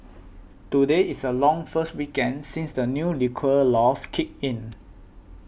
today is the first long weekend since the new liquor laws kicked in